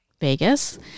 Vegas